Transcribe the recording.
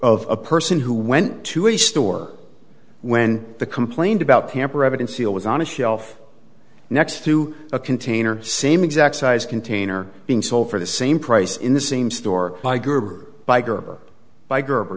of a person who went to a store when the complained about camper evidence seal was on a shelf next to a container same exact size container being sold for the same price in the same store by gerber by gerber